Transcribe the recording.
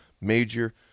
major